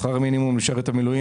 חייל מילואים